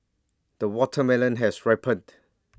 the watermelon has ripened